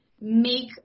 make